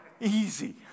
Easy